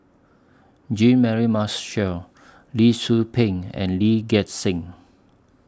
Jean Mary Marshall Lee Tzu Pheng and Lee Gek Seng